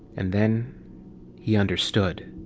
and then he understood.